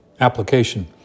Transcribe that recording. Application